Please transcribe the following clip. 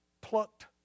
plucked